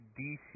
DC